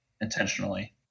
intentionally